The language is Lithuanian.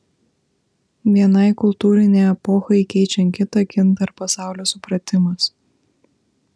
vienai kultūrinei epochai keičiant kitą kinta ir pasaulio supratimas